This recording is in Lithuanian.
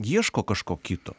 ieško kažko kito